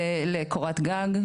קודם כל לקורת גג,